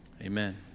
Amen